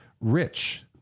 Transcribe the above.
Rich